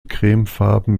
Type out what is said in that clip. cremefarben